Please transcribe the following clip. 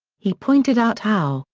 he pointed out how,